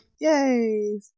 Yay